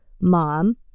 mom